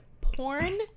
porn